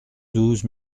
douze